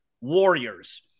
Warriors